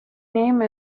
name